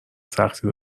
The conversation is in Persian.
سختی